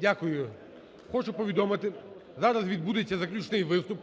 Дякую. Хочу повідомити, зараз відбудеться заключний виступ